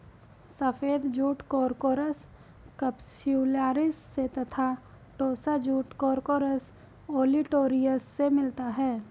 सफ़ेद jute corchorus capsularis से तथा टोस्सा जूट कोर्कोरस ओलिटोरियस से मिलता है